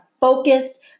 focused